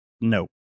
No